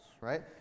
right